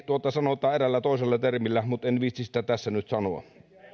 sanotaan eräällä toisella termillä mutta en viitsi sitä tässä nyt sanoa